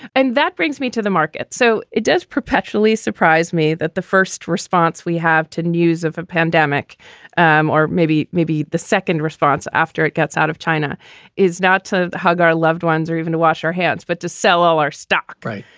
and that brings me to the market. so it does perpetually surprise me that the first response we have to news of a pandemic um or maybe maybe the second response after it gets out of china is not to hug our loved ones or even to wash our hands, but to sell all our stock. right.